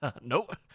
nope